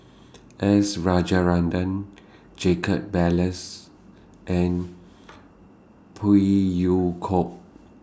S Rajaratnam Jacob Ballas and Phey Yew Kok